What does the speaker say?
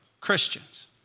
Christians